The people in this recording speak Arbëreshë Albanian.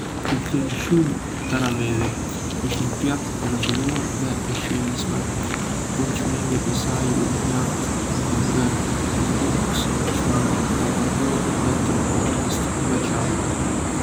Më pëlqen shumë karavidhi. Është një pjatë e rafinuar dhe e shijshme, por çmimi i saj i lartë e bën një luks që mund ta përballoj vetëm në raste të veçanta.